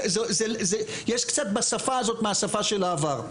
יש קצת בשפה הזאת מהשפה של העבר.